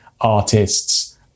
artists